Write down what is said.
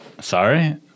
Sorry